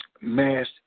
mass